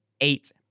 eight